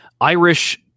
Irish